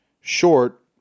short